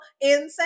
insane